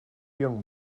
young